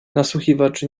nasłuchiwaczy